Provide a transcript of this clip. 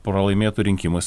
pralaimėtų rinkimus